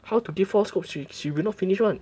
how to give four scoop she she will not finish [one]